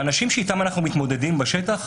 האנשים שאתם אנחנו מתמודדים בשטח